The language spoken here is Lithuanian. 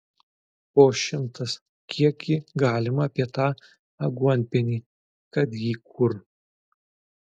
po šimtas kiekgi galima apie tą aguonpienį kad jį kur